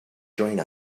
join